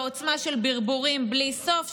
ועוצמה של ברבורים בלי סוף,